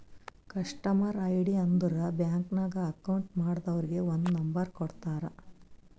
customer ID ಅಂದುರ್ bank ನಾಗ್ account ಮಾಡ್ದವರಿಗ್ ಒಂದ್ ನಂಬರ್ ಕೊಡ್ತಾರ್